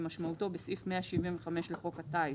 כמשמעותו בסעיף 175 לחוק הטיס,